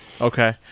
Okay